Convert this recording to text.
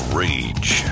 rage